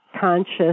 conscious